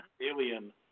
alien